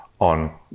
on